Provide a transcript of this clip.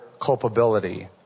culpability